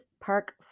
Park